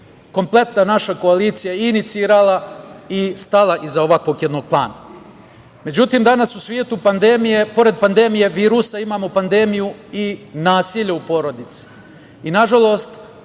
kompletna naša koalicija, inicirala i stala iza ovakvog jednog plana.Međutim, danas u svetu pored pandemije virusa imamo pandemiju i nasilja u porodici. Nažalost,